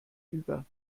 über